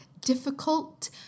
difficult